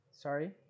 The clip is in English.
Sorry